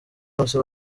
bose